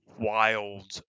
wild